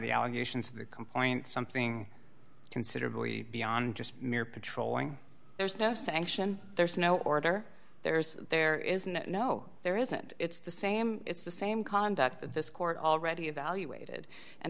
the allegations of the complaint something considerably beyond just mere patrolling there's no sanction there's no order there's there is no no there isn't it's the same it's the same conduct that this court already evaluated and